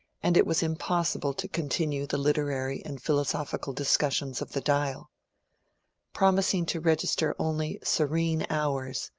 and it was impossible to continue the literary and philosophical discussions of the dial promis ing to register only serene hours,